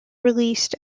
released